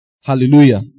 Hallelujah